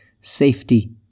safety